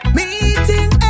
meeting